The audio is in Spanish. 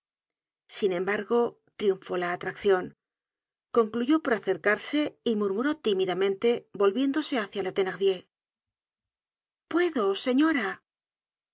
sin embargo triunfó la atraccion concluyó por acercarse y murmuró tímidamente volviéndose hácia la thenardier puedo señora